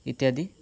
ଇତ୍ୟାଦି